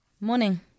morning